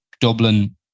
Dublin